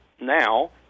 now